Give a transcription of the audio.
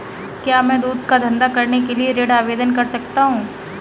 क्या मैं दूध का धंधा करने के लिए ऋण आवेदन कर सकता हूँ?